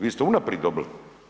Vi ste unaprijed dobili.